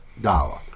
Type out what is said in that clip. dollar